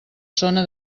zona